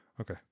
Okay